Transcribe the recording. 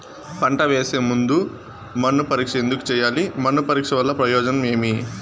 పంట వేసే ముందు మన్ను పరీక్ష ఎందుకు చేయాలి? మన్ను పరీక్ష వల్ల ప్రయోజనం ఏమి?